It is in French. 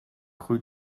rue